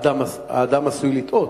האדם עשוי לטעות.